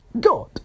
God